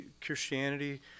Christianity